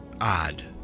odd